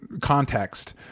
context